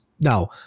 now